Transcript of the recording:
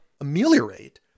ameliorate